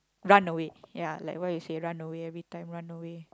run away ya like you say run away every time run away